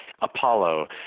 Apollo